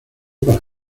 para